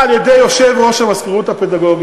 בסופו של דבר המערכת מצביעה ברגליים